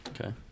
Okay